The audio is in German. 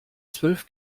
zwölf